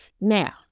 Now